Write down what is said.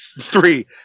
Three